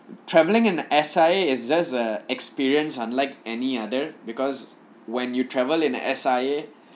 travelling in S_I_A is just a experience unlike any other because when you travel in S_I_A